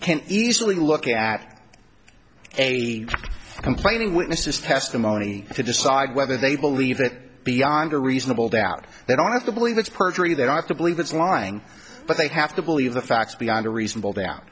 can easily look at a complaining witness is testimony to decide whether they believe it beyond a reasonable doubt they don't have to believe that's perjury they don't have to believe it's lying but they have to believe the facts beyond a reasonable doubt